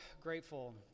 grateful